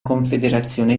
confederazione